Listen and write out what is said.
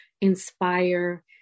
inspire